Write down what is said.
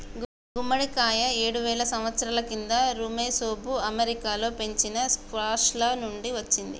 గుమ్మడికాయ ఏడువేల సంవత్సరాల క్రితం ఋమెసోఋ అమెరికాలో పెంచిన స్క్వాష్ల నుండి వచ్చింది